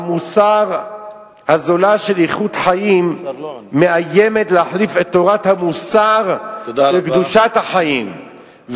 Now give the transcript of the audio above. המוסר הזול של איכות חיים מאיים להחליף את תורת המוסר של קדושת החיים.